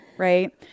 Right